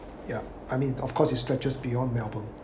ya I mean of course it stretches beyond melbourne